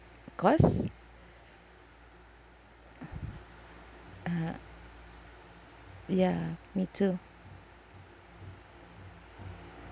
cause uh ya me too